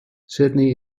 sydney